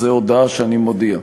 זו הודעה שאני מודיע.